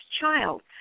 child